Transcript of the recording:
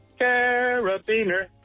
Carabiner